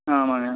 ஆ ஆமாம்ங்க